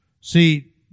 See